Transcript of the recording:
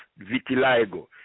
vitiligo